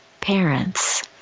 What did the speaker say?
parents